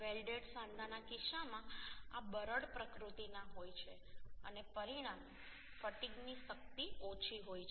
welded સાંધાના કિસ્સામાં આ બરડ પ્રકૃતિના હોય છે અને પરિણામે ફટીગની શક્તિ ઓછી હોય છે